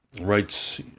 rights